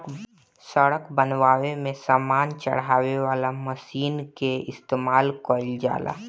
सड़क बनावे में सामान चढ़ावे वाला मशीन कअ इस्तेमाल कइल जाला